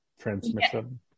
transmission